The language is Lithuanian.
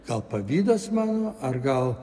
gal pavydas mano ar gal